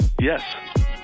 Yes